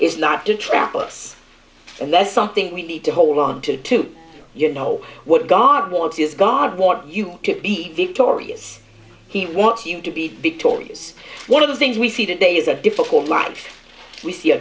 is not to trap us and that's something we need to hold onto to you know what god wants is god wants you to be victorious he wants you to be victorious one of the things we see today is a difficult life we see a